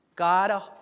God